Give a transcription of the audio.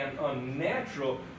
unnatural